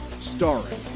Starring